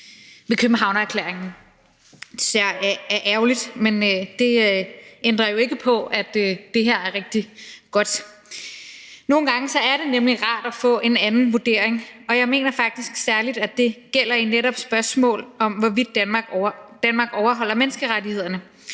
ved Københavnererklæringen. Det er ærgerligt, men det ændrer jo ikke på, at det her er rigtig godt. Nogle gange er det nemlig rart at få en anden vurdering, og jeg mener faktisk, at det særlig gælder i spørgsmål om, hvorvidt Danmark overholder menneskerettighederne,